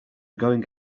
going